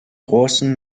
großen